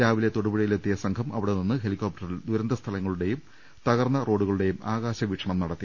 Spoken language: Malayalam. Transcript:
രാവിലെ തൊടുപുഴയിലെത്തിയ സംഘം അവിടെനിന്ന് ഹെലികോപ്ടറിൽ ദുരന്ത സ്ഥലങ്ങ ളുടെയും തകർന്ന റോഡുകളുടെയും ആകാശ വീക്ഷണം നടത്തി